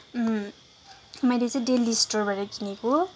मैले चाहिँ दिल्ली स्टोरबाट किनेको